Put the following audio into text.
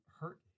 hurt